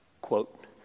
quote